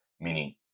meaning